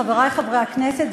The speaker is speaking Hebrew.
חברי חברי הכנסת,